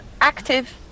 active